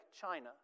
China